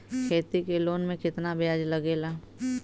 खेती के लोन में कितना ब्याज लगेला?